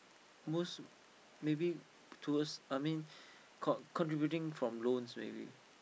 most maybe to us I mean con~ contributing from loans maybe